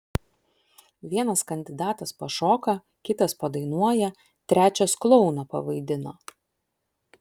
vienas kandidatas pašoka kitas padainuoja trečias klouną pavaidina